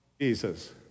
Jesus